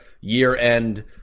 year-end